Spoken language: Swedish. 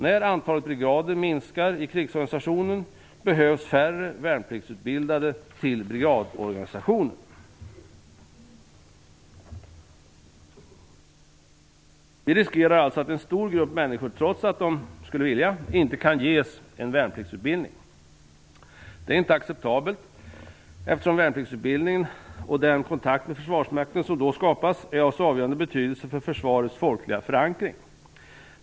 När antalet brigader minskar i krigsorganisationen behövs färre värnpliktsutbildade till brigadorganisationen. Vi riskerar alltså att en stor grupp människor, trots att de skulle vilja, inte kan ges en värnpliktsutbildning. Detta är inte acceptabelt, eftersom värnpliktsutbildningen och den kontakt med Försvarsmakten som då skapas är av avgörande betydelse för försvarets folkliga förankring.